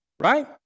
right